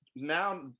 now